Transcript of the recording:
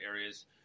areas